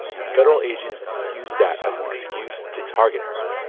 and federal agents used that as an excuse to target her.